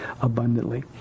abundantly